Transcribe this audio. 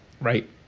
Right